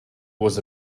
was